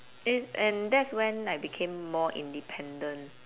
it's and that's when I became more independent